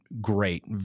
great